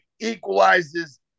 equalizes